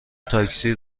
تاکسی